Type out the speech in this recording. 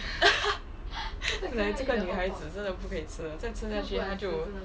like 这个女孩子真的不可以吃的这样吃下去她真的就